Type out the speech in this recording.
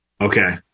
okay